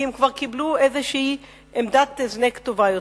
כי הם כבר קיבלו איזו עמדת הזנק טובה יותר.